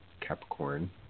Capricorn